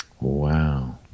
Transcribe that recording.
Wow